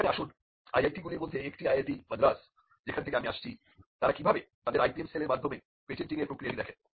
এখানে আসুন IITগুলির মধ্যে একটি IIT মাদ্রাজ যেখান থেকে আমি আসছিতারা কিভাবে তাদের IPM সেলের মাধ্যমে পেটেন্টিংয়ের প্রক্রিয়াটি দেখেন